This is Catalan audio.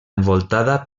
envoltada